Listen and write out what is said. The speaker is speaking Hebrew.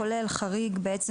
כולל חריג בעצם,